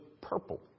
purple